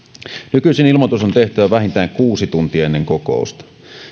nykyisin ilmoitus on tehtävä vähintään kuusi tuntia ennen kokousta